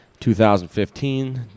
2015